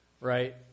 Right